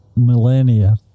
millennia